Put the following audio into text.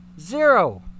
Zero